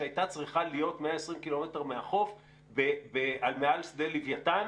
שהייתה צריכה להיות 120 קילומטר מהחוף מעל שדה לוויתן,